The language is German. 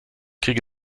kriege